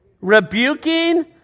rebuking